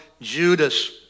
Judas